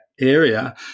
area